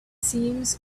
seems